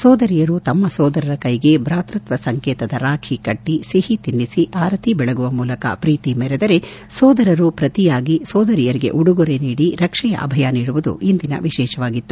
ಸೋದರಿಯರು ತಮ್ಮ ಸೋದರರ ಕೈಗೆ ಭಾತೃತ್ವ ಸಂಕೇತದ ರಾಖಿ ಕಟ್ಟಿ ಸಿಹಿ ತಿನ್ನಿಸಿ ಆರತಿ ಬೆಳಗುವ ಮೂಲಕ ಪ್ರೀತಿ ಮೆರೆದರೆ ಸೋದರರು ಪ್ರತಿಯಾಗಿ ಸೋದರಿಯರಿಗೆ ಉಡುಗೊರೆ ನೀಡಿ ರಕ್ಷೆಯ ಅಭಯ ನೀಡುವುದು ಇಂದಿನ ವಿಶೇಷವಾಗಿತ್ತು